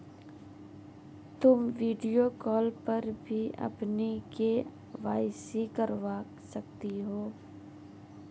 तुम video call पर भी अपनी के.वाई.सी करवा सकती हो